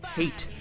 hate